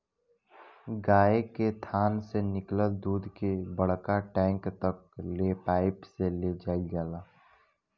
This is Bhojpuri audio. गाय के थान से निकलल दूध के बड़का टैंक तक ले पाइप से ले जाईल जाला